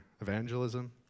evangelism